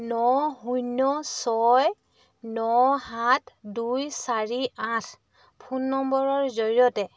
ন শূন্য ছয় ন সাত দুই চাৰি আঠ ফোন নম্বৰৰ জৰিয়তে